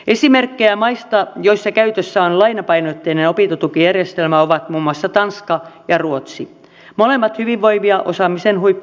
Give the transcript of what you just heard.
esimerkkejä maista joissa käytössä on lainapainotteinen opintotukijärjestelmä ovat muun muassa tanska ja ruotsi molemmat hyvinvoivia osaamisen huippumaita